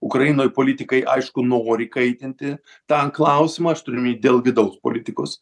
ukrainoj politikai aišku nori kaitinti tą klausimą aš turiu mi dėl vidaus politikos